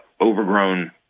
overgrown